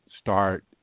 start